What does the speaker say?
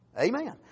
Amen